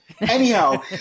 Anyhow